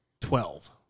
twelve